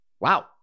Wow